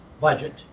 budget